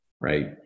right